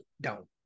down